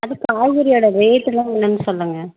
அது காய்கறியோடய ரேட்டெலாம் எவ்வளோன்னு சொல்லுங்கள்